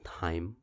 time